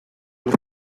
los